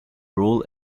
role